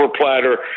platter